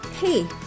Hey